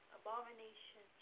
abomination